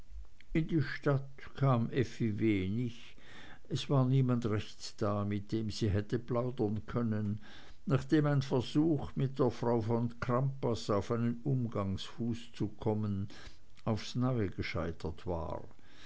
in die stadt kam effi wenig es war niemand recht da mit dem sie hätte plaudern können nachdem ein versuch mit der frau von crampas auf einen umgangsfuß zu kommen aufs neue gescheitert war